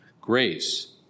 Grace